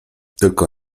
tylko